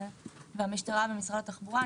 המשטרה ומשרד התחבורה.